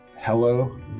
Hello